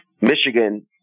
Michigan